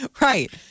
Right